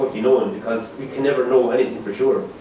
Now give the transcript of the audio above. but you know. and because we can never know anything for sure.